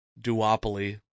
duopoly